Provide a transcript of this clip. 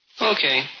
Okay